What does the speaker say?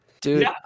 Dude